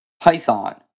python